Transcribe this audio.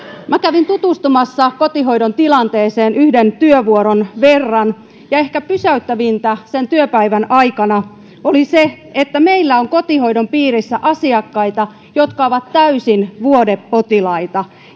kävin tutustumassa kotihoidon tilanteeseen yhden työvuoron verran ja ehkä pysäyttävintä sen työpäivän aikana oli se että meillä on kotihoidon piirissä asiakkaita jotka ovat täysin vuodepotilaita